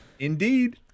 Indeed